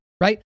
right